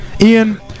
Ian